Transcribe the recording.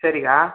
சரிக்கா